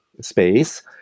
space